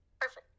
Perfect